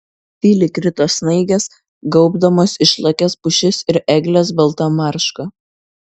tyliai krito snaigės gaubdamos išlakias pušis ir egles balta marška